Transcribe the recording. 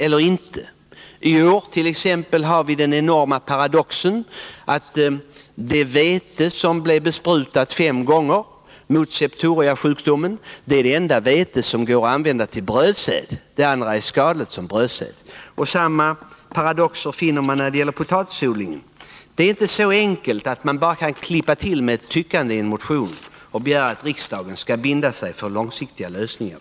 I år har vi t.ex. den enorma paradoxen att det vete som fem gånger blev besprutat mot septoriasjukdomen är det enda vete som går att använda till brödsäd. Det andra vetet är skadligt som brödsäd. Samma paradox finner vi när det gäller potatisodlingen. Det är inte så enkelt att man bara kan ”klippa till” med tyckanden i en motion och begära att riksdagen på grundval av dessa skall binda sig för långsiktiga lösningar.